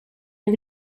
med